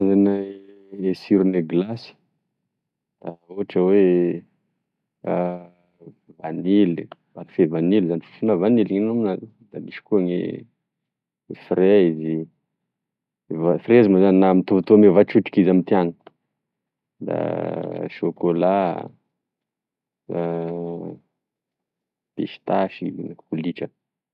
Gne sirogne gilasy da ohatry oe vanily, parfum vanily zany fofogne vanily gn'eno aminazy, da misy koa gne frezy frezy moa zany man- mitovitovy amigne voatrotriky gne ty any, da chocolat, da pistache kolitra.